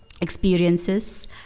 experiences